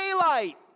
daylight